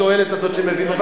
התועלת הזאת שהם מביאים.